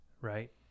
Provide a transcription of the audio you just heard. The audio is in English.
Right